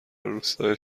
روستای